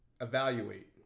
evaluate